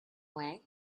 way